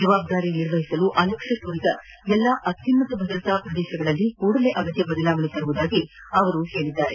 ಜವಾಬ್ದಾರಿಯನ್ನು ನಿರ್ವಹಿಸಲು ಅಲಕ್ಷ್ಮ ತೋರಿದ ಎಲ್ಲಾ ಅತ್ಯುನ್ನತ ಭದ್ರತಾ ಪ್ರದೇಶಗಳಲ್ಲಿ ಕೂಡಲೇ ಅಗತ್ಯ ಬದಲಾವಣೆ ತರುವುದಾಗಿ ಅವರು ಹೇಳಿದ್ದಾರೆ